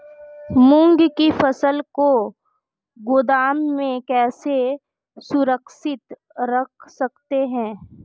मूंग की फसल को गोदाम में कैसे सुरक्षित रख सकते हैं?